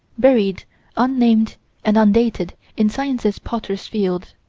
buried un-named and undated in science's potter's field.